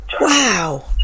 Wow